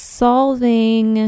solving